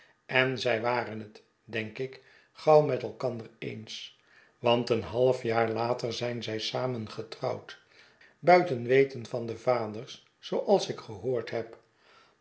en zij waren het denk ik gauw met elkander eens want een half jaar later zijn zij samen getrouwd buiten weten van de vaders zooals ik gehoord heb